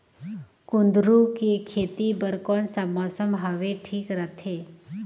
कुंदूरु के खेती बर कौन सा मौसम हवे ठीक रथे?